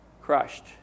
crushed